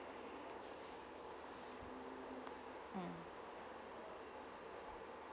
mm